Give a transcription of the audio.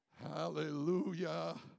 Hallelujah